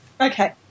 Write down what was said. Okay